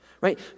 right